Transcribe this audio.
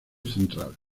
central